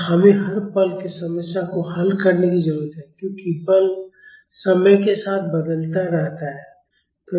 और हमें हर पल के समस्या को हल करने की जरूरत है क्योंकि बल समय के साथ बदलता रहता है